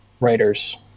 writers